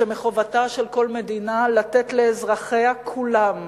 שמחובתה של כל מדינה לתת לאזרחיה כולם.